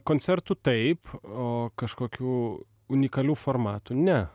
koncertų taip o kažkokių unikalių formatų ne